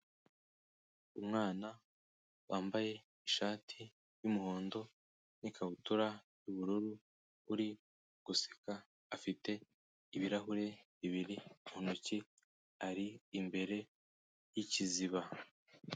Umwana wambaye ishati y'umuhondo n'ikabutura y'ubururu uri guseka, afite ibirahuri bibiri mu ntoki, ari imbere y'ikiziba.